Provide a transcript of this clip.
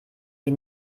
die